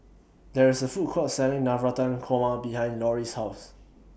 There IS A Food Court Selling Navratan Korma behind Lori's House